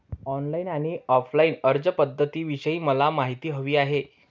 online आणि offline अर्जपध्दतींविषयी मला माहिती हवी आहे